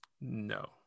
No